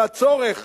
והצורך